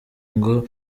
ngo